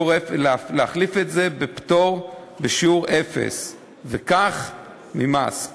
להחליף לפטור בשיעור אפס ממס,